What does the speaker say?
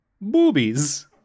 Boobies